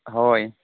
ହଏ